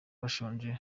bashonje